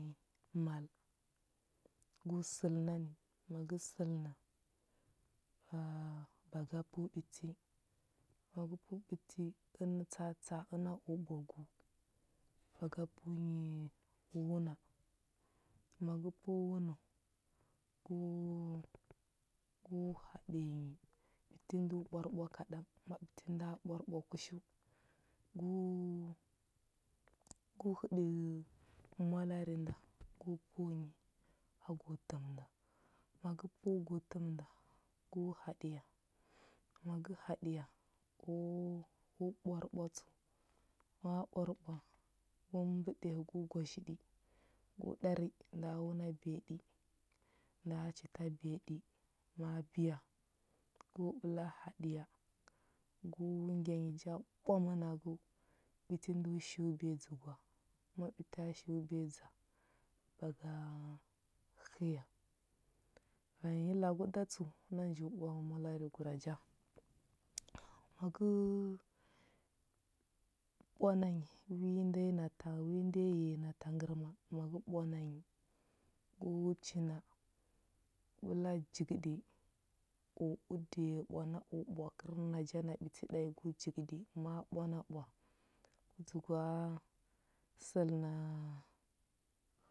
Ə mal. Gu səlna ni, ma gə səlna, ba ba ga pəu ɓiti, ma gə pəu ɓiti ən tsa atsa a əna u ɓogu. Ba ga pəu nyi wuna, ma gə pəu wuna, gu gu haɗiya nyi. Ɓiti ndo ɓwarbwa kaɗan, ma ɓiti nda ɓwarɓwa kushu, gu gu həɗə mwalari nda gu pəu nyi agu təm nda, ma gə pəu gu təm nda, gu haɗiya, ma gə haɗiya, u u ɓwarɓwa tsəu, ma ɓwarɓwa, gu mbəɗiya gu gwazhəɗi, gu ɗari nda wuna biyaɗi, nda chita biyaɗi, ma biya gu ɓəla haɗiya, gu ngya nyi ja ɓwa mənagəu ɓiti ndo shu ubiya dzə gwa. Ma ɓita shu ubiya dza, ba ga həya. Vanya lagu da tsəu na nju ɓwa mwalari guraja: ma gə ɓwana nyi wi nda yi na wi nda yi ta ghəya na tangərma, ma gə ɓwana nyi gu china. Ɓəla jigəɗi u udiya ɓwa u ɓwa kər naja na ɓiti ɗanyi gu jigəɗi. Ma ɓwana ɓwa dzəgwa səlna